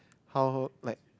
how like